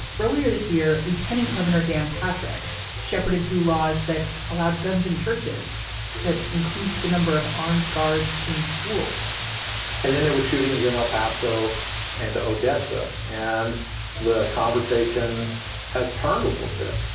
earlier this year lieutenant governor dan patrick shepherded through laws that allowed guns in churches that increased the number of armed guards in schools and then there were shootings in el paso and odessa. and the conversation has turned a little bit